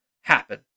happen